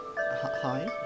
Hi